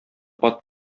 кат